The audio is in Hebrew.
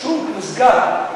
השוק נסגר.